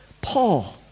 Paul